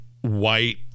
white